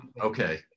okay